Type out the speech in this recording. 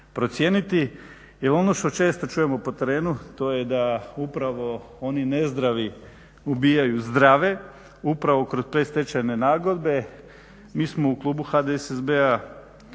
procijeniti. Jer ono što često čujemo po terenu to je da upravo oni nezdravi ubijaju zdrave, upravo kroz predstečajne nagodbe. Mi smo u klubu HDSSB-a